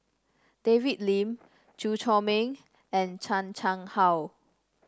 David Lim Chew Chor Meng and Chan Chang How